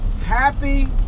Happy